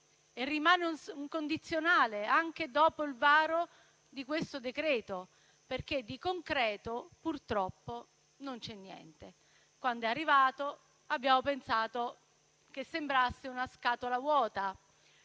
e rimane un condizionale anche dopo il varo del presente decreto-legge, perché di concreto purtroppo non c'è niente. Quando il testo è arrivato, abbiamo pensato che sembrasse una scatola vuota